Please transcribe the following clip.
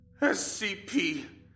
SCP